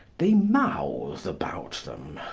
they mouth about them.